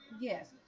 yes